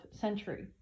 century